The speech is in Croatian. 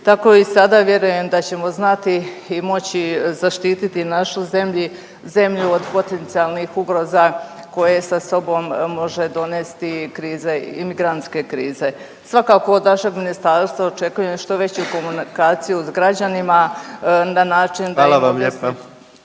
tako i sada vjerujem da ćemo znati i moći zaštititi našu zemlju od potencijalnih ugroza koje sa sobom može donesti imigrantske krize. Svakako od našeg ministarstva očekujem što veću komunikaciju sa građanima na način da … …/Upadica